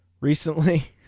recently